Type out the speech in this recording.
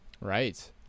Right